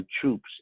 troops